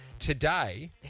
Today